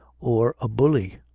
or a bully,